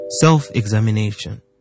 Self-examination